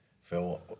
Phil